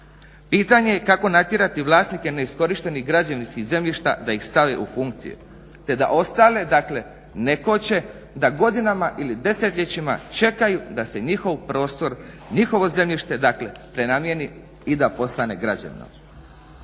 Pitanje je kako natjerati vlasnike neiskorištenih građevinskih zemljišta da ih stave u funkcije te da ostale dakle ne koče da godinama ili desetljećima čekaju da se njihov prostor, njihovo zemljište dakle prenamijeni i da postane građevno.